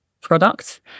product